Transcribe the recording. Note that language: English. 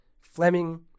Fleming